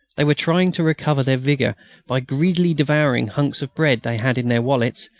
they were trying to recover their vigour by greedily devouring hunks of bread they had in their wallets,